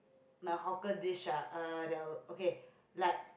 my hawker dish ah uh the okay like